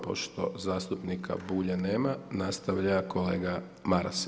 Pošto zastupnika Bulja nema, nastavlja kolega Maras.